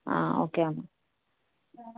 okay అమ్మ